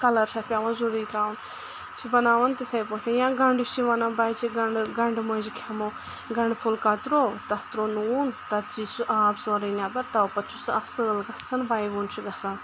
colour چھ اتھ پیٚوان ضوٚرری ترٛاوُن چھِ بَناوان تِتھَے پٲٹھۍ یا گَنٛڈٕ چھِ وَنان بَچہِ گَنڈٕ گنٛڈٕ موٚنٛجہِ کھؠمو گنٛڈٕ پھوٚل کَتروو تَتھ تروو نوٗن تَتہِ چے سُہ آب سورُے نؠبَر تَو پَتہٕ چھُ سُہ اصٕل گژھان وے وُن چھُ گَژھان